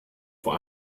vor